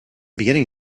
beginning